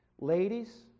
Ladies